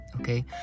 okay